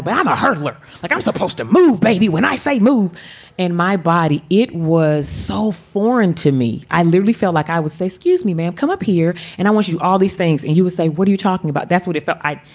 but mama hurdler. like, i'm supposed to move baby when i say move in my body. it was so foreign to me. i clearly feel like i would say, scuse me, man, come up here and i want you all these things. and he would say, you talking about? that's what if ah i.